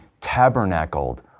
tabernacled